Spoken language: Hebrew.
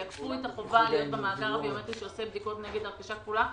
יעקפו את החובה להיות במאגר הביומטרי שעושה בדיקות נגד הרכשה כפולה.